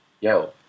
Yo